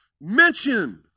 mention